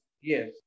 Yes